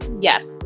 Yes